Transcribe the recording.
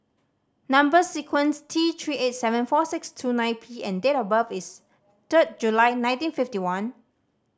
number sequence T Three eight seven four six two nine P and date of birth is third July nineteen fifty one